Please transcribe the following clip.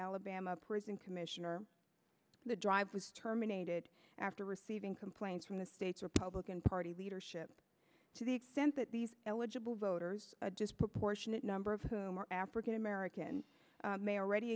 alabama prison commission or the dr was terminated after receiving complaints from the state's republican party leadership to the extent that these eligible voters a disproportionate number of whom are african american mayor already